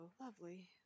Lovely